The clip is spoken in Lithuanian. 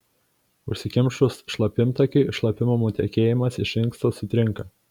užsikimšus šlapimtakiui šlapimo nutekėjimas iš inksto sutrinka